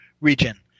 region